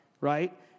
right